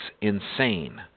insane